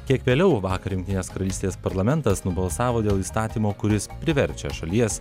kiek vėliau vakar jungtinės karalystės parlamentas nubalsavo dėl įstatymo kuris priverčia šalies